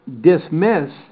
dismiss